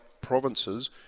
provinces